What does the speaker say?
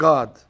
God